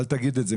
אל תגיד את זה.